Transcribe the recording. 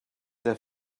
their